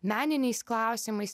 meniniais klausimais